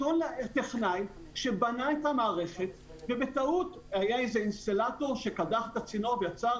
אותו טכנאי שבנה את המערכת ובטעות היה איזה אינסטלטור שקדח בצינור ויצר